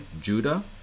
judah